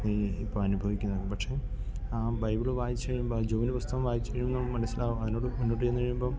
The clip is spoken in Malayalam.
നീ ഇപ്പം അനുഭവിക്കുന്നത് പക്ഷെ ആ ബൈബിള് വായിച്ച് കഴിയുമ്പം ആ ജോബിന്റെ പുസ്തകം വായിച്ച് കഴിയുമ്പം നമുക്ക് മനസ്സിലാകും അതിനോട് മൂന്നോട്ട് വന്ന് കഴിയുമ്പം